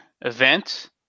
event